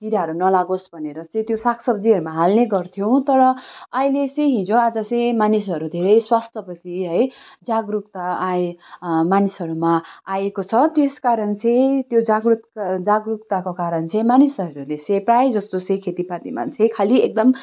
किराहरू नलागोस् भनेर चाहिँ त्यो सागसब्जीहरूमा हाल्ने गर्थ्यौँ तर अहिले चाहिँ हिजोआज चाहिँ मानिसहरू धेरै स्वास्थ्यप्रति है जागरुकता आए मानिसहरूमा आएको छ त्यस कारण चाहिँ त्यो जागरुक जागरुकताको कारण चाहिँ मानिसहरूले चाहिँ प्रायःजस्तो चाहिँ खेतीपातीमा चाहिँ खालि एकदम